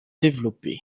développé